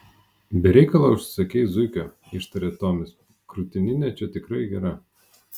be reikalo užsisakei zuikio ištarė tomis krūtininė čia tikrai gera